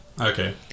okay